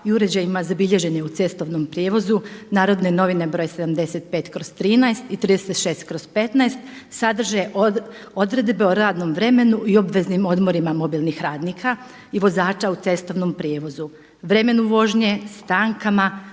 i uređajima za bilježenje u cestovnom prijevozu Narodne novine br. 75/13 i 36/15 sadrže odredbe o radnom vremenu i obveznim odmorima mobilnih radnika i vozača u cestovnom prijevozu, vremenu vožnje, stankama,